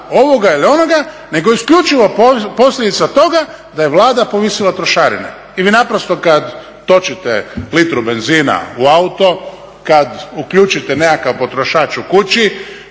ovoga ili onoga nego isključivo posljedica toga da je Vlada povisila trošarine. I vi naprosto kad točite litru benzina u auto, kad uključite nekakav potrošač u kući,